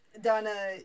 Donna